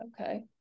Okay